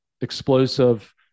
explosive